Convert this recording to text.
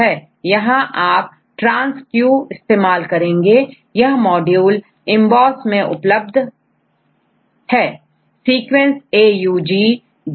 यहां आपtransq इस्तेमाल करेंगे यह मॉड्यूल EMBOSSमैं उपलब्ध है